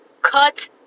cut